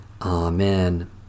Amen